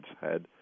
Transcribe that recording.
head